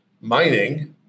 mining